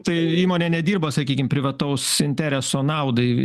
tai įmonė nedirba sakykim privataus intereso naudai